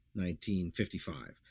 1955